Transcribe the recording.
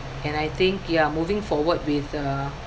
and I think ya moving forward with the